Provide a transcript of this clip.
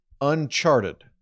uncharted